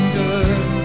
good